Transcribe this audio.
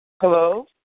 Hello